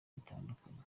bitandukanye